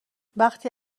وقتی